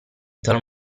tal